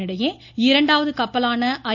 இதனிடையே இரண்டாவது கப்பலான ஐ